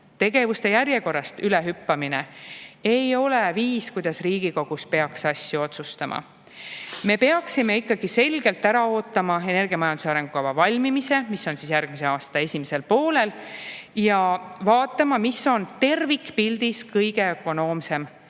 tegevuste järjekorrast üle hüppamine, ei ole viis, kuidas Riigikogus peaks asju otsustama. Me peaksime ikkagi selgelt ära ootama energiamajanduse arengukava valmimise järgmise aasta esimesel poolel ja vaatama, mis on tervikpildis kõige ökonoomsem,